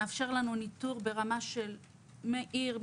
ומאפשר לנו ניטור ברמה של עיר,